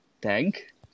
tank